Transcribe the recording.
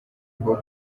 rwo